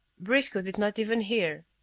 briscoe did not even hear.